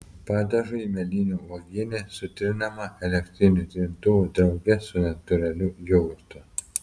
padažui mėlynių uogienė sutrinama elektriniu trintuvu drauge su natūraliu jogurtu